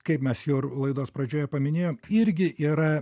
kaip mes jau ir laidos pradžioje paminėjom irgi yra